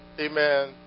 amen